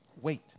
wait